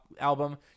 album